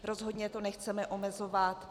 Rozhodně to nechceme omezovat.